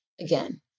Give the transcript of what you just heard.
again